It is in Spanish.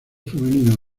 femenino